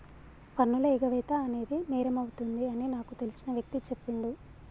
పన్నుల ఎగవేత అనేది నేరమవుతుంది అని నాకు తెలిసిన వ్యక్తి చెప్పిండు